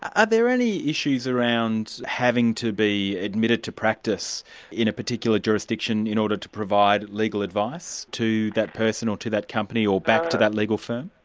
are there any issues around having to be admitted to practice in a particular jurisdiction in order to provide legal advice to that person or to that company or back to that legal firm?